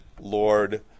Lord